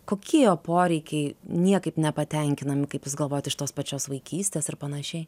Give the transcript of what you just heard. kokie jo poreikiai niekaip nepatenkinami kaip jūs galvojat iš tos pačios vaikystės ir panašiai